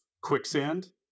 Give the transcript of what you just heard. quicksand